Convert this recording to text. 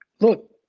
look